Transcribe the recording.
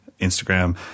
Instagram